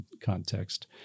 context